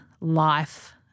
life